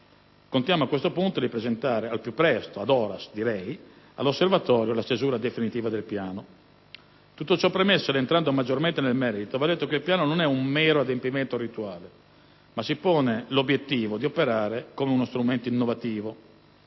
Contiamo, a questo punto, di presentare al più presto (*ad horas* direi) all'Osservatorio la stesura definitiva del Piano. Tutto ciò premesso, ed entrando maggiormente nel merito, va detto che il Piano non è un mero adempimento rituale, ma si pone l'ambizioso obiettivo di operare come uno strumento innovativo.